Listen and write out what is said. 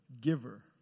giver